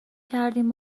کردیم